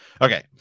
Okay